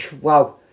wow